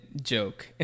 joke